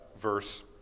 verse